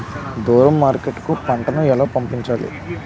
దూరం మార్కెట్ కు పంట ను ఎలా పంపించాలి?